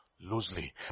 loosely